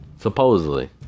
Supposedly